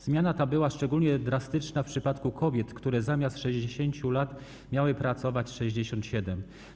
Zmiana ta była szczególnie drastyczna w przypadku kobiet, które zamiast 60 lat miały pracować 67.